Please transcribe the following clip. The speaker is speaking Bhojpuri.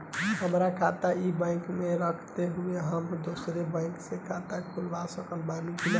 हमार खाता ई बैंक मे रहते हुये हम दोसर बैंक मे खाता खुलवा सकत बानी की ना?